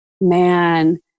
man